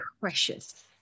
precious